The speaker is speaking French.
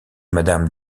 madame